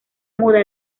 muda